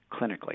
clinically